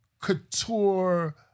couture